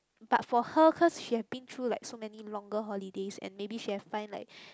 but for her cause she had been through like so many longer holidays and maybe she had find like